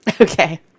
Okay